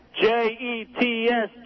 J-E-T-S